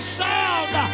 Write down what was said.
sound